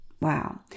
wow